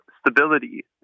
stability